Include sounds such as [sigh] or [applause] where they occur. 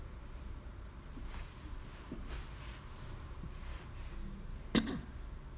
[coughs]